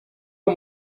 uwo